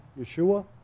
Yeshua